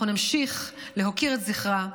אנחנו נמשיך להוקיר את זכרה,